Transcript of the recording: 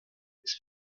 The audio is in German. ist